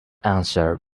answered